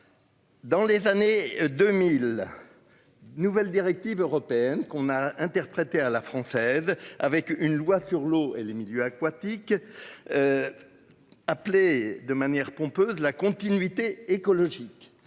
Dans les années 2000. Nouvelles directives européennes qu'on a interprété à la française avec une loi sur l'eau et les milieux aquatiques. Appeler de manière pompeuses, la continuité écologique